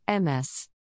MS